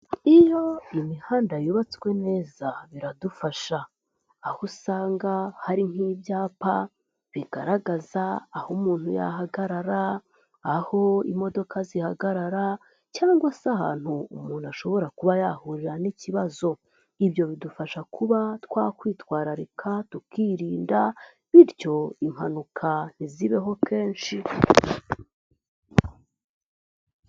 Iyo imihanda yubatswe neza biradufasha, aho usanga hari nk'ibyapa bigaragaza aho umuntu yahagarara, aho imodoka zihagarara, cyangwa se ahantu umuntu ashobora kuba yahurira n'ikibazo. Ibyo bidufasha kuba twakwitwararika tukirinda, bityo impanuka ntizibeho kenshi.